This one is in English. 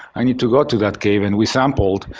i need to go to that cave and we sampled.